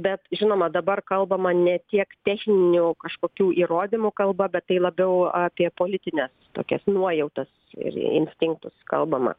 bet žinoma dabar kalbama ne tiek techninių kažkokių įrodymų kalba bet tai labiau apie politines tokias nuojautas ir instinktus kalbama